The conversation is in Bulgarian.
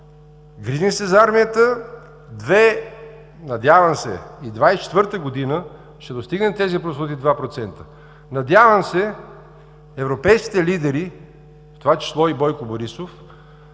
Грижим се за армията, надявам се, че 2024 г. ще достигнем тези прословути 2%. Надявам се, европейските лидери, в това число и Бойко Борисов,